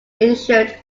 issued